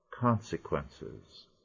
consequences